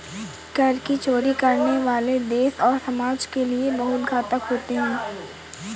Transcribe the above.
कर की चोरी करने वाले देश और समाज के लिए बहुत घातक होते हैं